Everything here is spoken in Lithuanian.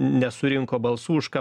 nesurinko balsų už ką